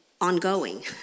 ongoing